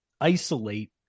isolate